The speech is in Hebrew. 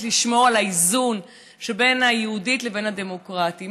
לשמור על האיזון שבין היהודי לבין הדמוקרטי.